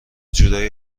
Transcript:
جورایی